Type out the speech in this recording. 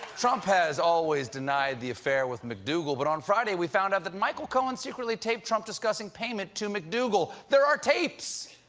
trump has always denied the affair with mcdougal, but on friday, we found out that michael cohen secretly taped trump discussing payment to mcdougal. there are tapes!